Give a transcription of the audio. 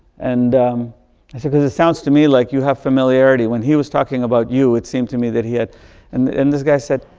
and i said, because it sounds to me like you have familiarity. when he was talking about you, it seemed to me that he had and and this guy said,